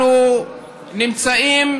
אנחנו נמצאים